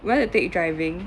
we want to take driving